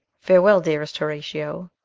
farewell, dearest horatio,